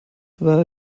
war